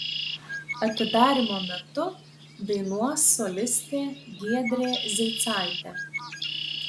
atidarymo metu dainuos solistė giedrė zeicaitė